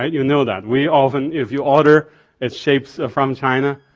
ah you know that, we often, if you order it ships from china.